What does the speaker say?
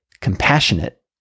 compassionate